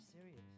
serious